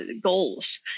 goals